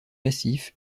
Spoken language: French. massif